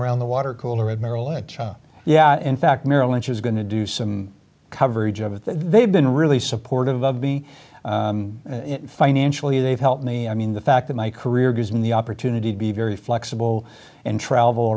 around the water cooler at merrill and yeah in fact merrill lynch is going to do some coverage of it they've been really supportive of me financially they've helped me i mean the fact that my career gives me the opportunity to be very flexible and travel